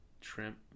shrimp